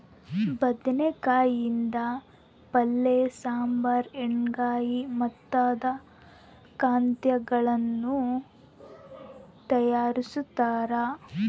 ಬದನೆಕಾಯಿ ಯಿಂದ ಪಲ್ಯ ಸಾಂಬಾರ್ ಎಣ್ಣೆಗಾಯಿ ಮುಂತಾದ ಖಾದ್ಯಗಳನ್ನು ತಯಾರಿಸ್ತಾರ